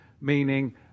Meaning